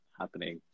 happening